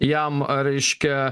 jam reiškia